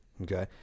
okay